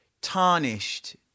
Tarnished